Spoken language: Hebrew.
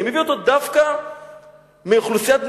אני מביא אותו דווקא מאוכלוסיית בני-המיעוטים,